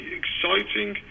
exciting